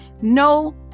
no